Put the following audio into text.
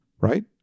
right